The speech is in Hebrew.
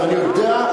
ואני יודע,